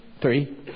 three